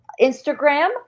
Instagram